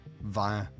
via